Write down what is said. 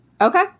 okay